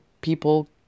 people